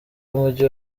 w’umujyi